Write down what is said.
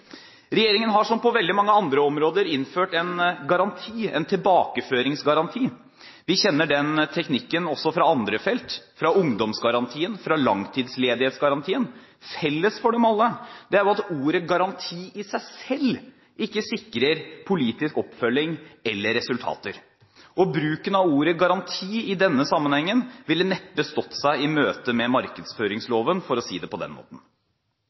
Regjeringen har, som på veldig mange andre områder, innført en garanti – en tilbakeføringsgaranti. Vi kjenner denne teknikken også fra andre felt, som ungdomsgarantien og langtidsledighetsgarantien. Felles for dem alle er at ordet «garanti» i seg selv ikke sikrer politisk oppfølging eller resultater. Bruken av ordet «garanti» i denne sammenhengen ville neppe stått seg i møtet med markedsføringsloven, for å si det på den måten.